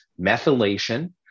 methylation